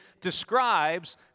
describes